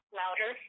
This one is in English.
louder